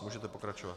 Můžete pokračovat.